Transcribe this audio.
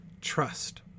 trust